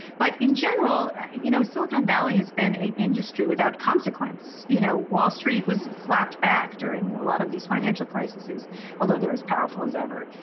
but in general, you know, silicon valley has been a industry without consequence. you know, wall street was slapped back during a lot of these financial crises, although they're as powerful as ever.